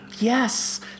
Yes